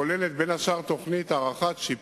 הכוללת בין השאר תוכנית שיפוץ,